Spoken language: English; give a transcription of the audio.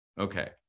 Okay